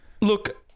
Look